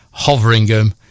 Hoveringham